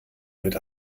mit